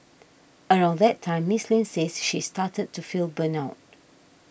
around that time Miss Lin says she started to feel burnt out